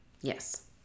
Yes